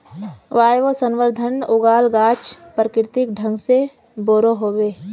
वायवसंवर्धनत उगाल गाछ प्राकृतिक ढंग से बोरो ह बे